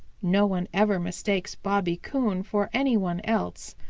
no one ever mistakes bobby coon for any one else.